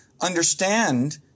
understand